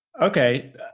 Okay